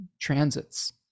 transits